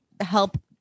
help